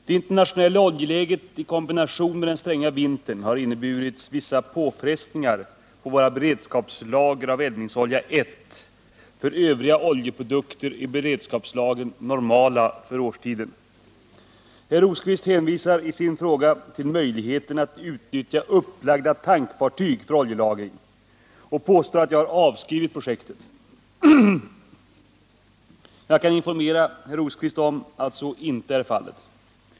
Det internationella oljeläget i kombination med den stränga vintern har inneburit vissa påfrestningar på våra beredskapslager av eldningsolja 1. För övriga oljeprodukter är beredskapslagren normala för årstiden. Herr Rosqvist hänvisar i sin fråga till möjligheten att utnyttja upplagda tankfartyg för oljelagring och påstår att jag har avskrivit projektet. Jag kan informera herr Rosqvist om att så inte är fallet.